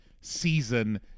season